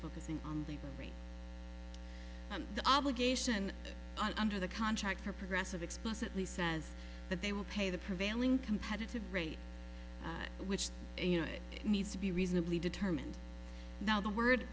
focusing on the rate the obligation under the contract for progressive explicitly says that they will pay the prevailing competitive rate which you know it needs to be reasonably determined now the word